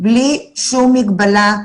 בלי שום מגבלה,